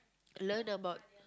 learn about